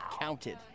counted